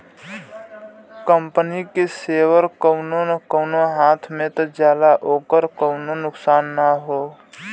company के share कउनो न कउनो हाथ मे त जाला ओकर कउनो नुकसान ना हौ